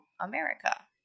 America